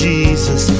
Jesus